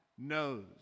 knows